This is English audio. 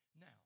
Now